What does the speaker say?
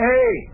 Hey